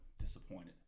disappointed